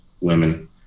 women